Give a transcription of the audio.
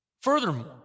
Furthermore